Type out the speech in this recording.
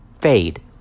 fade